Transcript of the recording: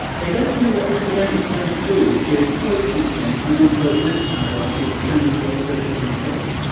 they don't do what academics tend to do, which is quote something and then devote the next paragraph to telling you what the quotation says.